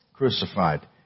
crucified